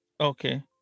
Okay